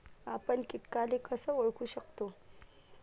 आपन कीटकाले कस ओळखू शकतो?